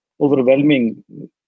overwhelming